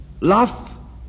Love